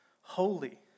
Holy